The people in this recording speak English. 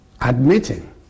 admitting